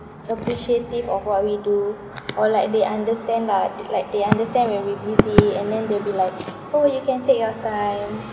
appreciative of what we do or like they understand lah the like they understand when we're busy and then they'll be like oh you can take your time